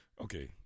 Okay